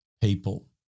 people